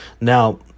Now